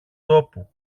τόπου